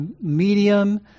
medium